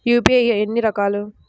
UPI ఎన్ని రకాలు?